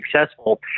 successful